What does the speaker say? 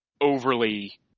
overly